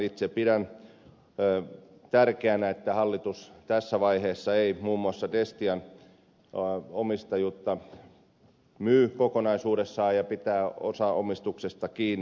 itse pidän tärkeänä että hallitus tässä vaiheessa ei muun muassa destian omistajuutta myy kokonaisuudessaan ja pitää osaomistuksesta kiinni